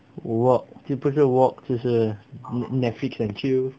work 就不是 work 就是 Netflix and chill